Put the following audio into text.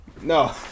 No